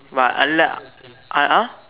but I like uh !huh!